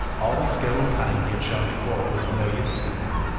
all the skill and cunning he had shown before was of no use to him now,